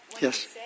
Yes